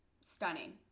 stunning